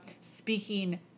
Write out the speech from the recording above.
speaking